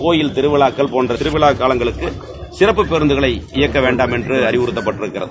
கோவில் திரவிமாக்கள் போன்ற திரவிமா னலங்களக்கு சிறப்பு பேருந்தகள இயக்க வேண்டாம் என்று அறிவுறுத்தப்பட்டிருக்கிறது